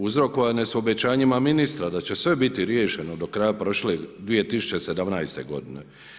Uzrokovane su obećanjima ministra da će sve biti riješeno do kraja prošle, 2017. godine.